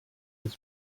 his